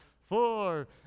four